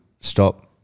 Stop